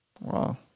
wow